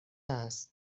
است